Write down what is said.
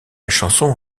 chanson